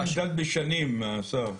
זה נמדד בשנים, השר.